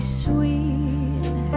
sweet